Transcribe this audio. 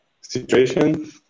situation